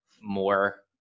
more